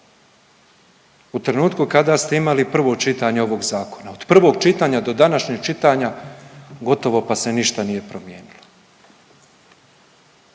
U trenutku kada ste imali prvo čitanje ovog Zakona, od prvog čitanja do današnjeg čitanja, gotovo pa se ništa nije promijenilo.